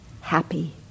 happy